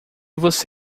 você